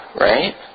right